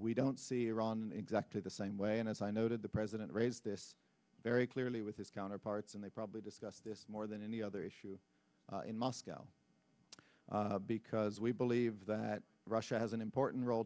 we don't see iran in exactly the same way and as i noted the president raised this very clearly with his counterparts and they probably discussed this more than any other issue in moscow because we believe that russia has an important role